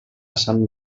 sant